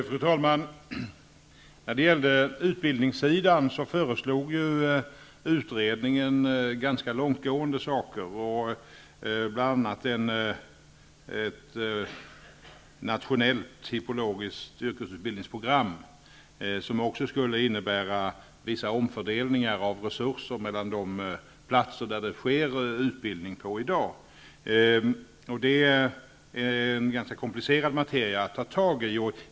Fru talman! När det gäller utbildningen lade utredningen fram ganska långtgående förslag, bl.a. ett nationellt hippologiskt yrkesutbildningsprogram, som också skulle innebära vissa omfördelningar av resurser mellan de platser där det finns utbildning i dag. Det är en ganska komplicerad materia att ta tag i.